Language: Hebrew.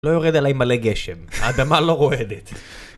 לא יורד עלי מלא גשם, האדמה לא רועדת